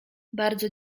bardzo